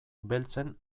beltzen